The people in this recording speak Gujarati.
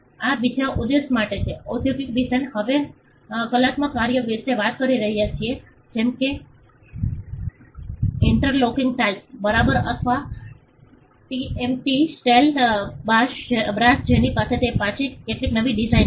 આ બીજા ઉદ્દેશ્ય માટે છે ઔદ્યોગિક ડિઝાઇન અમે હવે કલાત્મક કાર્યો વિશે વાત કરી રહ્યા છીએ જેમ કે ઇન્ટરલોકિંગ ટાઇલ્સ બરાબર અથવા ટીએમટી સ્ટીલ બાર્સ જેની પાસે તે પછી કેટલીક નવીન ડિઝાઇન છે